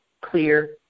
clear